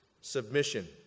submission